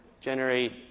generate